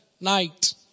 night